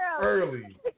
early